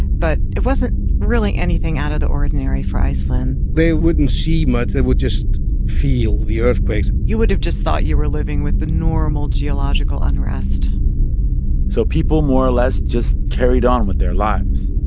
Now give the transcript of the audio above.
but it wasn't really anything out of the ordinary for iceland they wouldn't see much they would just feel the earthquakes you would've just thought you were living with the normal geological unrest so people more less just carried on with their lives